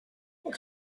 what